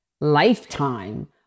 lifetime